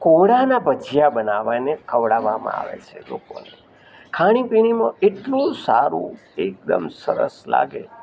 કોળાનાં ભજીયા બનાવવાના ખવડાવવામાં આવે છે લોકોને ખાણીપીણીમાં એટલું સારું એકદમ સરસ લાગે